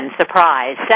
Surprise